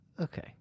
Okay